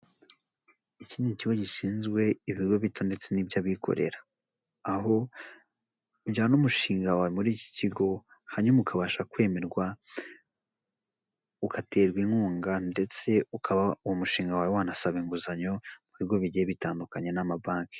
Iki ni ikigo gishinzwe ibigo bito ndetse n'iby'abikorera. Aho ujyana umushinga wawe muri iki kigo hanyuma ukabasha kwemerwa, ugaterwa inkunga ndetse ukaba uwo mushinga wawe wanasaba inguzanyo mu bigo bigiye bitandukanye n'amabanki.